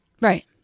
Right